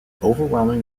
overwhelming